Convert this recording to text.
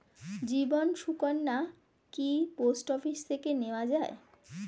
জীবন সুকন্যা কি post office থেকে নেওয়া যায়?